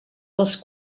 les